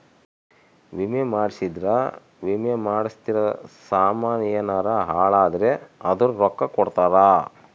ವಿಮೆ ಮಾಡ್ಸಿದ್ರ ವಿಮೆ ಮಾಡ್ಸಿರೋ ಸಾಮನ್ ಯೆನರ ಹಾಳಾದ್ರೆ ಅದುರ್ ರೊಕ್ಕ ಕೊಡ್ತಾರ